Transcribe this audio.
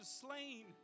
slain